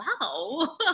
wow